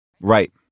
Right